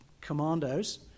commandos